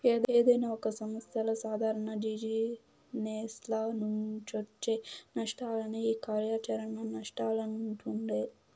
ఏదైనా ఒక సంస్థల సాదారణ జిజినెస్ల నుంచొచ్చే నష్టాలనే ఈ కార్యాచరణ నష్టాలంటుండె